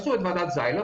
עשו את ועדת זיילר,